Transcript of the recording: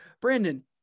Brandon